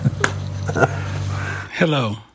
Hello